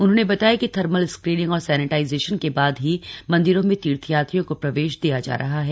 उन्होंने बताया कि थर्मल स्क्रीनिंग और सैनेटाइजेशन के बाद ही मंदिरों में तीर्थयात्रियों को प्रवेश दिया जा रहा है